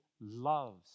loves